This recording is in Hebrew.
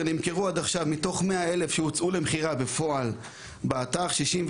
מתוך 100,000 שהוצעו למכירה בפועל באתר,